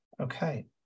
Okay